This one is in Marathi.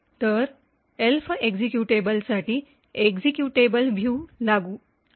तर एल्फ एक्झिक्युटेबल्ससाठी एक्झिक्युटेबल व्ह्यू लागू आहे